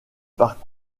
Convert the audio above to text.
par